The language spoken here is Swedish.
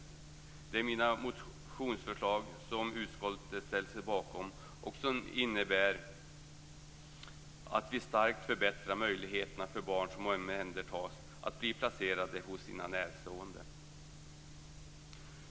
De gäller mina motioner, som utskottet ställt sig bakom och som innebär att vi starkt förbättrar möjligheterna för barn som omhändertas att bli placerade hos sina närstående.